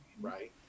right